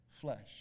flesh